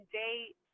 date